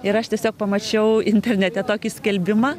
ir aš tiesiog pamačiau internete tokį skelbimą